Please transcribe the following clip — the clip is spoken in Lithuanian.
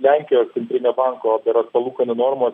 lenkijos centrinio banko berods palūkanų normos